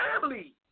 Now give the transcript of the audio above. family